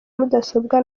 mudasobwa